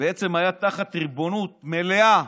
בעצם היה תחת ריבונות מלאה